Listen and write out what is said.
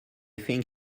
think